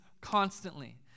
constantly